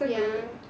ya